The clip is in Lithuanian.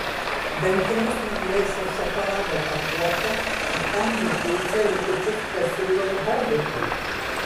dantimis nuplėšiu šokolado pakuotę atkandu pusę likučius pasiūlau hobitui